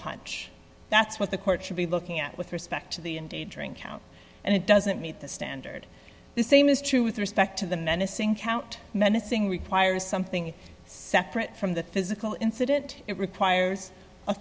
punch that's what the court should be looking at with respect to the indie drink count and it doesn't meet the standard the same is true with respect to the menacing count menacing requires something separate from the physical incident it requires a